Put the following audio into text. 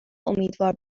امیدوار